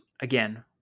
Again